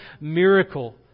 miracle